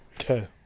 Okay